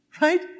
right